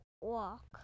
walk